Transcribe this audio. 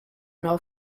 now